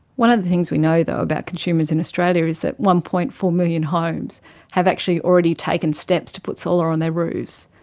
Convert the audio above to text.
one of the things we know though about consumers in australia is that one. four million homes have actually already taken steps to put solar on their roofs.